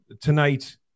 tonight